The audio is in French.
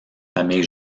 famille